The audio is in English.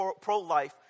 pro-life